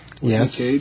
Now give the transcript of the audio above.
Yes